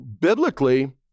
biblically